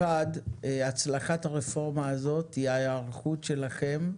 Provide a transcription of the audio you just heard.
אחת, הצלחת הרפורמה הזאת היא ההיערכות שלכם,